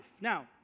Now